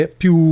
più